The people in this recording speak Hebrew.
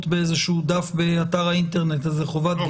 Footnote נעוץ באיזשהו דף באתר האינטרנט זה חובת גילוי?